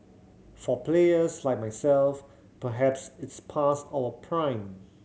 for players like myself perhaps it's past our prime